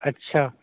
اچھا